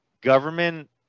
government